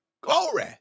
glory